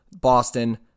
Boston